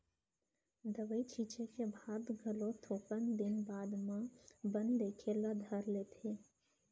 दवई छींचे के बाद घलो थोकन दिन बाद म बन दिखे ल धर लेथे